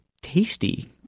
tasty